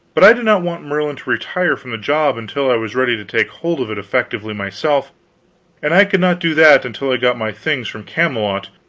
but i did not want merlin to retire from the job until i was ready to take hold of it effectively myself and i could not do that until i got my things from camelot,